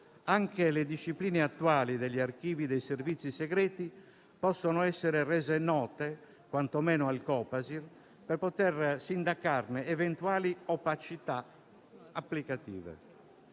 anche le discipline attuali degli archivi dei Servizi segreti possono essere rese note, quantomeno al Copasir, per poter sindacarne eventuali opacità applicative.